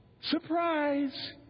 Surprise